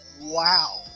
wow